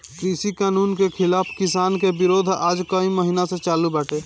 कृषि कानून के खिलाफ़ किसान के विरोध आज कई महिना से चालू बाटे